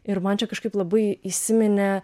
ir man čia kažkaip labai įsiminė